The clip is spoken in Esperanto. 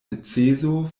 neceso